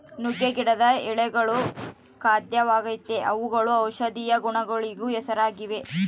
ನುಗ್ಗೆ ಗಿಡದ ಎಳೆಗಳು ಖಾದ್ಯವಾಗೆತೇ ಅವುಗಳು ಔಷದಿಯ ಗುಣಗಳಿಗೂ ಹೆಸರಾಗಿವೆ